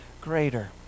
greater